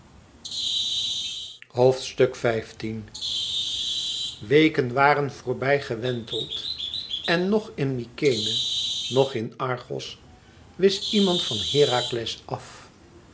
weken waren voorbij gewenteld en noch in mykenæ noch in argos wist iemand van herakles af